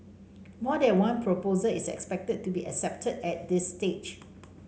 more than one proposal is expected to be accepted at this stage